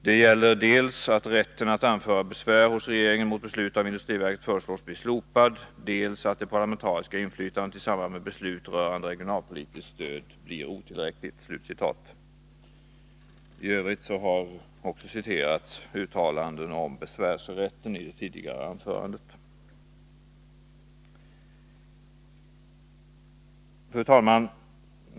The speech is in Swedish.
De gäller dels att rätten att anföra besvär hos regeringen mot beslut av industriverket föreslås bli slopad, dels att det parlamentariska inflytandet i samband med beslut rörande regionalpolitiskt stöd blir otillräckligt.” Uttalanden om besvärsrätten har citerats i det tidigare anförandet. Fru talman!